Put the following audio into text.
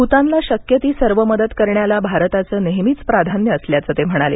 भूतानला शक्य ती सर्व मदत करण्याला भारताचं नेहेमीच प्राधान्य असल्याचं ते म्हणाले